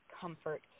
comfort